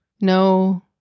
no